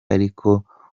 ariko